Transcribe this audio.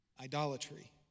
idolatry